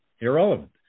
irrelevant